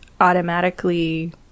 automatically